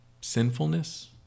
sinfulness